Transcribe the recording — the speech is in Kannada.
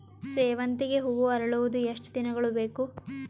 ಸೇವಂತಿಗೆ ಹೂವು ಅರಳುವುದು ಎಷ್ಟು ದಿನಗಳು ಬೇಕು?